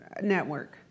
network